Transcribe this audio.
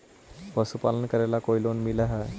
पशुपालन करेला कोई लोन मिल हइ?